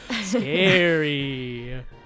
scary